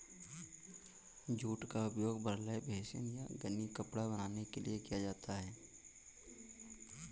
jute का उपयोग burlap hessian या गनी कपड़ा बनाने के लिए किया जाता है